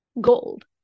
gold